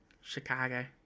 Chicago